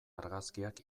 argazkiak